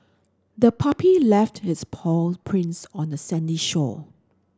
the puppy left its paw prints on the sandy shore